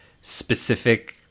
specific